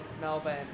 Melbourne